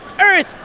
earth